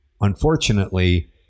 Unfortunately